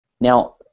Now